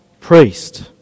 Priest